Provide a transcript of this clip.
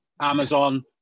Amazon